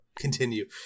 continue